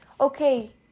okay